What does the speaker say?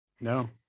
No